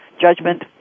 judgment